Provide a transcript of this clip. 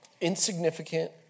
Insignificant